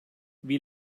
wie